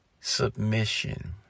submission